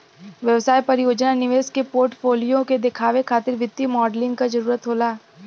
व्यवसाय परियोजना निवेश के पोर्टफोलियो के देखावे खातिर वित्तीय मॉडलिंग क जरुरत होला